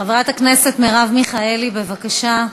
חברת הכנסת מרב מיכאלי, בבקשה,